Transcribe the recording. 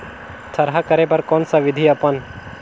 थरहा करे बर कौन सा विधि अपन?